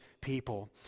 people